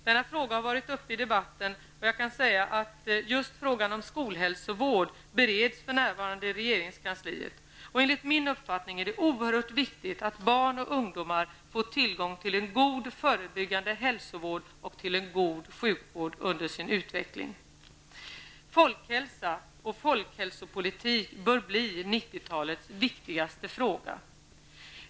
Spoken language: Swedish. Denna fråga har varit uppe i debatten och jag kan säga att just frågan om skolhälsovården för närvarande bereds i regeringskansliet. Enligt min uppfattning är det oerhört viktigt att barn och ungdomar får tillgång till en god förebyggande hälsovård och till en god sjukvård under sin utveckling. Folkhälsa och folkhälsopolitik bör bli 90-talets viktigaste fråga.